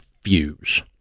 fuse